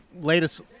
latest